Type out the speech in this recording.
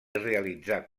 realitzar